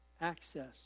Access